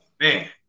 man